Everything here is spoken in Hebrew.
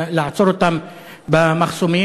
לעצור אותם במחסומים,